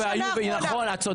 נכון, את צודקת.